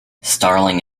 starling